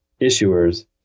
issuers